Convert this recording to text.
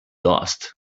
lost